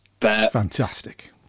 fantastic